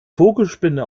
vogelspinne